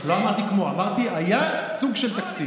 לא אמרתי "כמו", אמרתי שהיה סוג של תקציב.